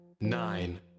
nine